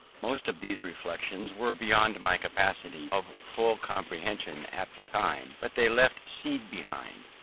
most of these reflections were beyond my capacity of full comprehension at the time but they left seed behind,